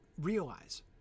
realize